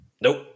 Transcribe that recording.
Nope